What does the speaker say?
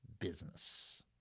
business